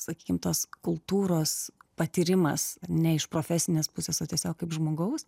sakykim tos kultūros patyrimas ar ne iš profesinės pusės o tiesiog kaip žmogaus